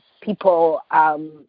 people –